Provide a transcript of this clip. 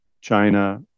China